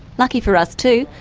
lucky for us too,